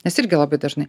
nes irgi labai dažnai